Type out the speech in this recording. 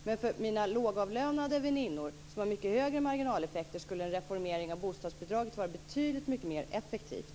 Men för mina lågavlönade väninnor, som har mycket högre marginaleffekter, skulle en reformering av bostadsbidraget vara betydligt mycket mer effektivt.